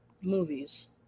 movies